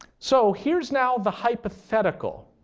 so here's now the hypothetical.